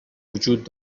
وجود